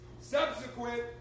subsequent